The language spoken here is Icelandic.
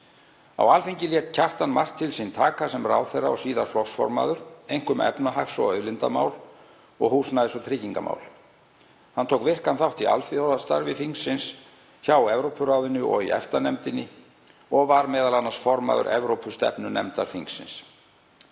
Á Alþingi lét Kjartan margt til sín taka sem ráðherra og síðar flokksformaður, einkum efnahags- og auðlindamál og húsnæðis- og tryggingamál. Hann tók virkan þátt í alþjóðastarfi þingsins, hjá Evrópuráðinu og í EFTA-nefndinni, og var m.a. formaður Evrópustefnunefndar þingsins.